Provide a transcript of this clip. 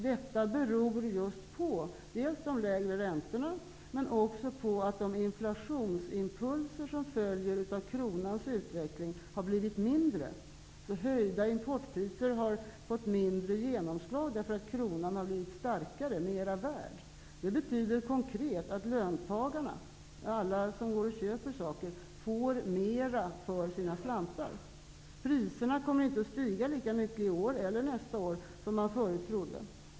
Detta beror dels på just de lägre räntorna, dels på att de inflationsimpulser som följer av kronans utveckling har blivit mindre. Höjda importpriser har alltså fått mindre genomslag därför att kronan har blivit starkare, mera värd. Det betyder konkret att löntagarna, alla som går och köper saker, får mera för sina slantar. Priserna kommer inte att stiga lika mycket i år eller nästa år som man förut trodde.